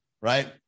Right